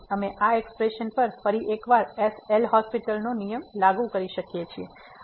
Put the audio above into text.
તેથી અમે આ એક્સપ્રેશન પર ફરી એકવાર એલહોસ્પિટલL'hospital's નો નિયમ લાગુ કરી શકીએ છીએ